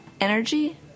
energy